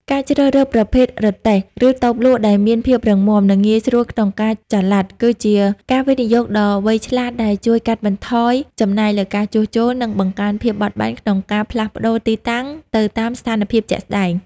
ការជ្រើសរើសប្រភេទរទេះ ឬតូបលក់ដែលមានភាពរឹងមាំ និងងាយស្រួលក្នុងការចល័ត គឺជាការវិនិយោគដ៏វៃឆ្លាតដែលជួយកាត់បន្ថយចំណាយលើការជួសជុល និងបង្កើនភាពបត់បែនក្នុងការផ្លាស់ប្តូរទីតាំងទៅតាមស្ថានភាពជាក់ស្ដែង។